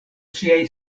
siaj